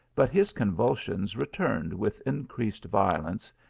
but his convulsions returned with in creased violence,